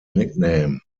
nickname